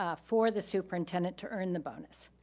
um for the superintendent to earn the bonus.